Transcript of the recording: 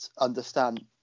understand